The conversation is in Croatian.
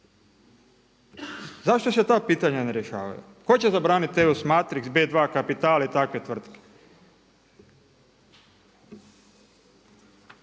Zašto se ta pitanja ne rješavaju? Tko će zabraniti … B2 kapital i takve tvrtke?